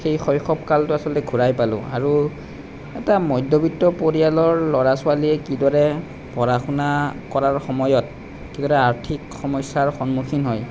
সেই শৈশৱ কালটো আচলতে ঘূৰাই পালোঁ আৰু এটা মধ্যবিত্ত পৰিয়ালৰ ল'ৰা ছোৱালীয়ে কিদৰে পঢ়া শুনা কৰাৰ সময়ত কিদৰে আৰ্থিক সমস্যাৰ সন্মুখীন হয়